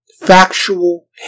Factual